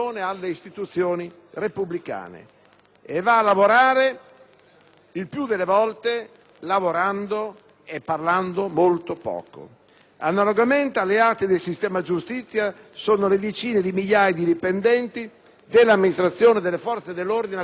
il più delle volte parlando molto poco. Analogamente alleati del sistema giustizia sono le decine di migliaia di dipendenti dell'Amministrazione e delle forze dell'ordine, a cui va la nostra sincera e convinta gratitudine.